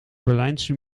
berlijnse